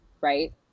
right